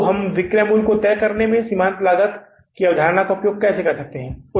तो हम विक्रय मूल्य तय करने में सीमांत लागत की अवधारणा का उपयोग कैसे कर सकते हैं